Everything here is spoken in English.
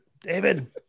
David